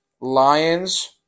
Lions